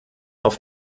auf